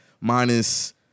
Minus